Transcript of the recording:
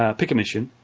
ah pick a mission,